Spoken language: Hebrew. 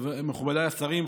מכובדיי השרים,